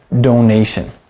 donation